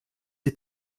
die